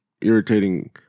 irritating